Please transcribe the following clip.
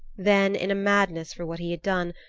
then in a madness for what he had done,